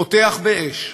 פותח באש,